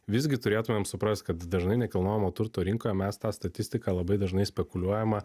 visgi turėtumėm suprast kad dažnai nekilnojamo turto rinkoje mes tą statistiką labai dažnai spekuliuojama